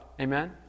Amen